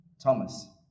Thomas